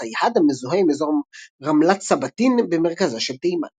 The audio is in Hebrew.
סייהד המזוהה עם אזור רמלת סבתין במרכזה של תימן.